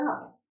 up